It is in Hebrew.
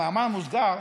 במאמר מוסגר,